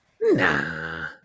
Nah